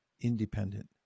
independent